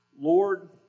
Lord